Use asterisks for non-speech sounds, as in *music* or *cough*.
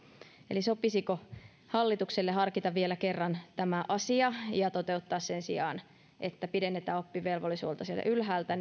eli sopisiko hallitukselle harkita vielä kerran tämä asia ja sen sijaan että pidennetään oppivelvollisuutta sieltä ylhäältä *unintelligible*